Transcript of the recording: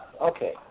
Okay